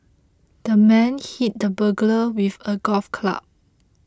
the man hit the burglar with a golf club